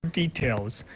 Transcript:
details.